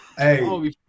Hey